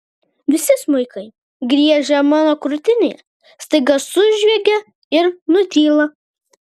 visi smuikai griežę mano krūtinėje staiga sužviegia ir nutyla